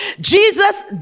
Jesus